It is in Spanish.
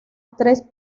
tres